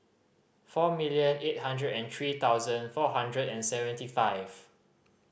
four million eight hundred and three thousand four hundred and seventy five